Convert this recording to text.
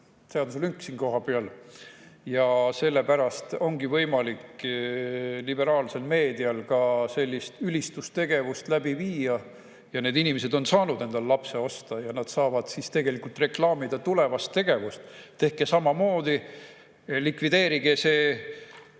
seaduselünk ja sellepärast ongi võimalik liberaalsel meedial ka sellist ülistustegevust läbi viia. Need inimesed on saanud endale lapse osta ja saavad tegelikult reklaamida tulevast tegevust: tehke samamoodi! Likvideerige see